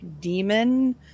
demon